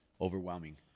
overwhelming